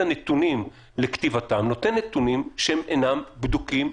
הנתונים לכתיבתה נותן נתונים שאינם בדוקים,